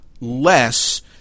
less